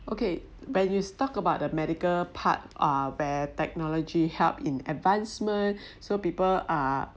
okay when you talk about the medical part uh where technology help in advancement so people uh